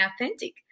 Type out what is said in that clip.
authentic